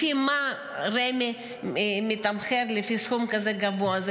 לפי מה רמ"י מתמחר לפי סכום כזה גבוה?